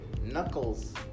knuckles